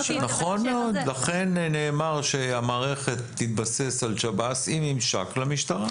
לכן נאמר שהמערכת תתבסס על שב"ס עם ממשק למשטרה.